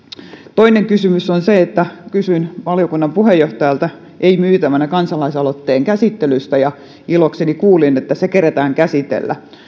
toinen kysymys liittyy siihen että kysyin valiokunnan puheenjohtajalta ei myytävänä kansalaisaloitteen käsittelystä ja ilokseni kuulin että se keretään käsitellä